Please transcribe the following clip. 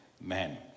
man